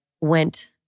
went